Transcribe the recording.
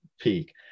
peak